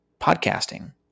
podcasting